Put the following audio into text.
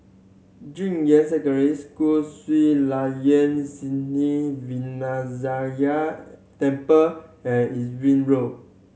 Junyuan Secondary School Sri Layan Sithi Vinayagar Temple and Irving Road